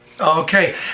Okay